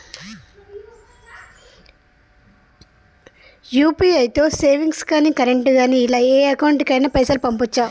UPI తో savings గాని current గాని ఇలా ఏ అకౌంట్ కైనా పైసల్ పంపొచ్చా?